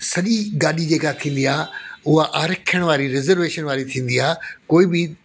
सॼी गाॾी जेका थींदी आहे उअ आराक्षण वारी रिजर्वेशन वारी थींदी आहे कोई बि